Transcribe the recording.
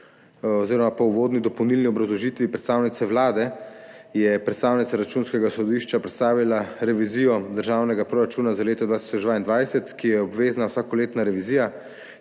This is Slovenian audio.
2022. Po uvodni dopolnilni obrazložitvi predstavnice Vlade je predstavnica Računskega sodišča predstavila revizijo državnega proračuna za leto 2022, ki je obvezna vsakoletna revizija.